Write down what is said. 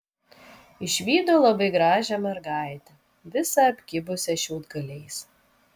išvydo labai gražią mergaitę visą apkibusią šiaudgaliais